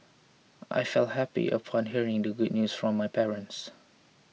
I felt happy upon hearing the good news from my parents